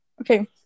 Okay